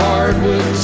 Hardwood